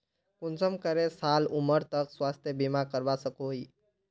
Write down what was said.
कुंसम करे साल उमर तक स्वास्थ्य बीमा करवा सकोहो ही?